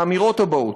האמירות הבאות: